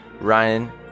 Ryan